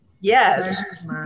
Yes